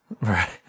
Right